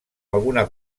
alguna